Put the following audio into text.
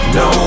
no